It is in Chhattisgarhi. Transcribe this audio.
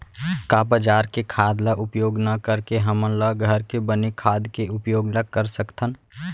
का बजार के खाद ला उपयोग न करके हमन ल घर के बने खाद के उपयोग ल कर सकथन?